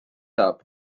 saab